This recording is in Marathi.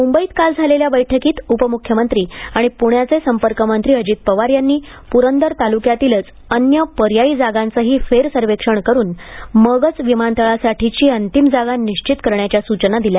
मुंबईत काल झालेल्या बैठकीत उपमुख्यमंत्री आणि प्ण्याचे संपर्क मंत्री अजित पवार यांनी पुरंदर तालुक्यातीलच अन्य पर्यायी जागांचेही फेर सर्वेक्षण करून मगच विमानतळासाठीची अंतिम जागा निश्चित करण्याच्या सूचना दिल्या